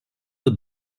aux